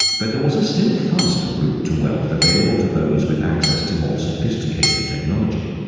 but there was a still faster route to wealth available to those with access to more sophisticated technology.